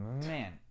Man